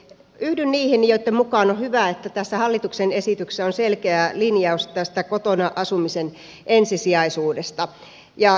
yhdyn niihin joitten mukaan on hyvä että tässä hallituksen esityksessä on selkeä linjaus tästä kotona asumisen ensisijaisuudesta